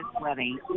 wedding